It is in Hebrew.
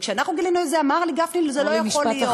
וכשאנחנו גילינו את זה אמר לי גפני: זה לא יכול להיות.